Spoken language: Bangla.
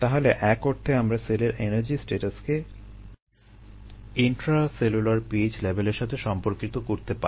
তাহলে এক অর্থে আমরা সেলের এনার্জি স্ট্যাটাসকে ইন্ট্রাসেলুলার pH লেভেলের সাথে সম্পর্কিত করতে পারি